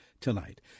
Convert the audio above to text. tonight